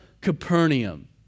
Capernaum